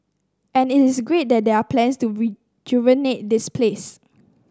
and it is great that there are plans to rejuvenate this place